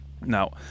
now